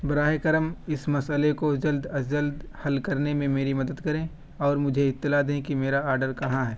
براہ کرم اس مسئلے کو جلد از جلد حل کرنے میں میری مدد کریں اور مجھے اطلاع دیں کہ میرا آرڈر کہاں ہے